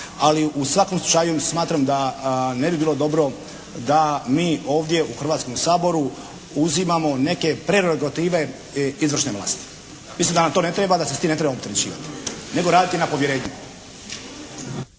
ali u svakom slučaju smatram da ne bi bilo dobro da mi ovdje u Hrvatskom saboru uzimamo neke …/Govornik se ne razumije./… izvršne vlasti. Mislim da nam to ne treba, da se s tim ne trebamo opterećivati, nego raditi na povjerenju.